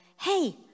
hey